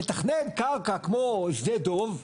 לתכנן קרקע כמו שדה דב,